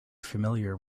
familiar